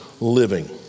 living